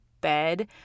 bed